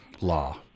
law